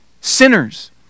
sinners